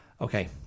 Okay